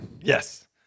Yes